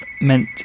meant